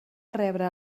rebre